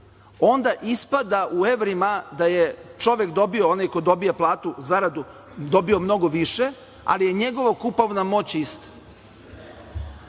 onda ispada u evrima da je čovek dobio, onaj ko dobija platu, zaradu, dobio mnogo više, ali je njegova kupovna moć ista.